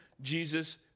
jesus